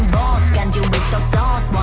boss ganji with the sauce